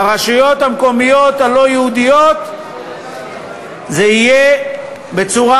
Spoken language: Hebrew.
ברשויות המקומיות הלא-יהודיות זה יהיה בצורה